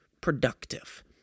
productive